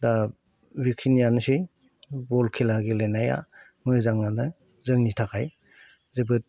दा बेखिनिआनोसै बल खेला गेलेनाया मोजांआनो जोंनि थाखाय जोबोद